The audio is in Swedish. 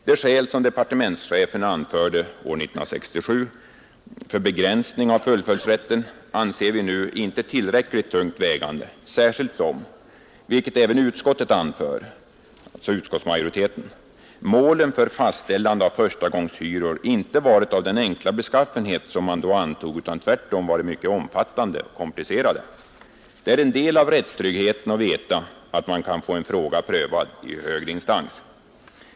De skäl som departementschefen anförde år 1967 för begränsning av fullföljdsrätten anser vi nu inte tillräckligt tungt vägande, särskilt som, vilket även utskottsmajoriteten anför, målen om fastställande av förstagångshyror inte varit av den enkla beskaffenhet som man då antog utan tvärtom varit mycket omfattande och komplicerade. Det är en viktig del av rättstryggheten att veta att man kan få en fråga prövad i högre instans.